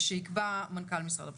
שיקבע מנכ"ל משרד הבריאות.